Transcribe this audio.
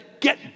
get